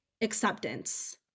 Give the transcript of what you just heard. acceptance